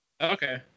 Okay